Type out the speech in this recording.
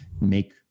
make